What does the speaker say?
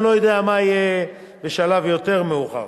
אני לא יודע מה יהיה בשלב יותר מאוחר,